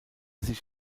sich